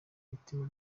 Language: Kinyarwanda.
mutima